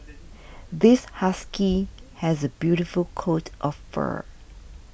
this husky has a beautiful coat of fur